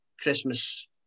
Christmas